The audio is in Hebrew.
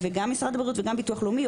גם משרד הבריאות וגם הביטוח הלאומי,